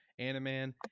Animan